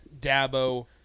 Dabo